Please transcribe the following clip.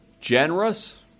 generous